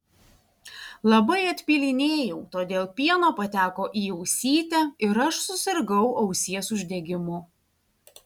labai atpylinėjau todėl pieno pateko į ausytę ir aš susirgau ausies uždegimu